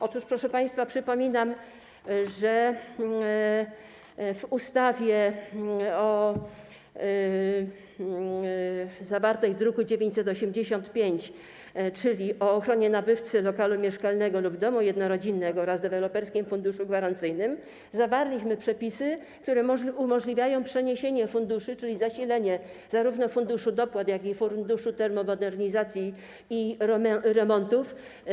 Otóż przypominam, proszę państwa, że w ustawie zawartej w druku nr 985, czyli ustawie o ochronie nabywcy lokalu mieszkalnego lub domu jednorodzinnego oraz o Deweloperskim Funduszu Gwarancyjnym, zawarliśmy przepisy, które umożliwiają przeniesienie funduszy, czyli zasilanie zarówno Funduszu Dopłat, jak i Funduszu Termomodernizacji i Remontów.